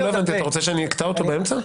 לא הבנתי, אתה רוצה שאני אקטע אותו באמצע?